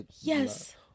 Yes